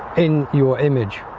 in your image